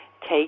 Take